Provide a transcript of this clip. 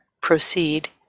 proceed